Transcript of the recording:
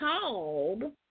called